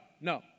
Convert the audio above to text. no